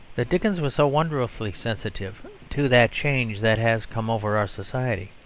that dickens was so wonderfully sensitive to that change that has come over our society,